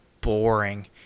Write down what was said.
boring